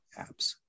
apps